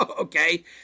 okay